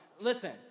Listen